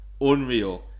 Unreal